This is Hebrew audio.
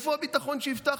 איפה הביטחון שהבטחתם?